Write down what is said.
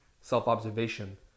self-observation